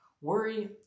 Worry